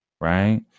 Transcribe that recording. Right